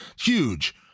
huge